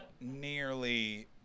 nearly